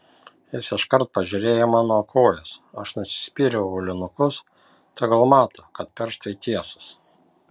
jis iškart pažiūrėjo į mano kojas aš nusispyriau aulinukus tegul mato kad pirštai tiesūs